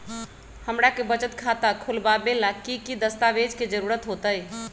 हमरा के बचत खाता खोलबाबे ला की की दस्तावेज के जरूरत होतई?